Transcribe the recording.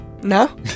no